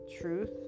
truth